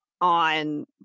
on